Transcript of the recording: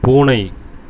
பூனை